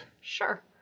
Sure